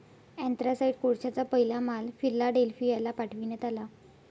anthracite कोळशाचा पहिला माल फिलाडेल्फियाला पाठविण्यात आला